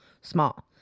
Small